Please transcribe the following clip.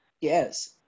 yes